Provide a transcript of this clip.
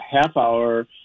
half-hour